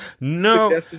No